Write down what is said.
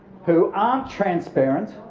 who aren't transparent,